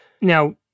Now